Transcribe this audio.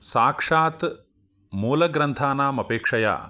साक्षात् मूलग्रन्थानाम् अपेक्षया